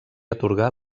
atorga